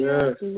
Yes